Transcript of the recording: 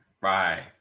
right